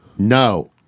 No